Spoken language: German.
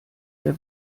der